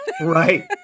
Right